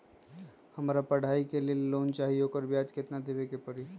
हमरा पढ़ाई के लेल लोन चाहि, ओकर ब्याज केतना दबे के परी?